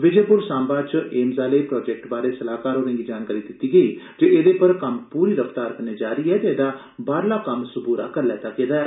विजयपुर साम्बा च एम्स आहले प्रोजेक्ट बारै सलाहकार होरें'गी जानकारी दित्ती गेई जे एहदे पर कम्म पूरी रफ्तार कल्नै जारी ऐ ते एहदा बाहला कम्म सबूरा करी लैता गेदा ऐ